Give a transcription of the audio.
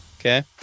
okay